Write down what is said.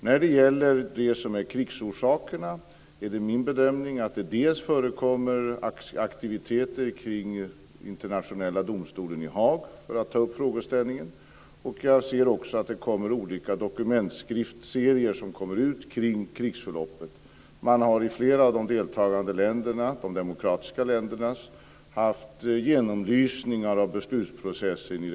När det gäller krigsorsakerna vill jag peka dels på att det förekommer aktiviteter kring Internationella domstolen i Haag för att ta upp den här frågeställningen, dels på att det också ges ut dokumentskriftserier kring krigsförloppet. Man har i flera av de deltagande demokratiska ländernas respektive parlament gjort genomlysningar av beslutsprocessen.